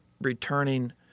returning